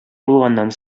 булганнан